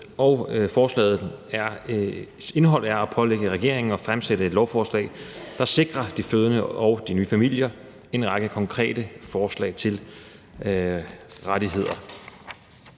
handler om at pålægge regeringen at fremsætte et lovforslag, der sikrer de fødende og de nye familier nogle rettigheder,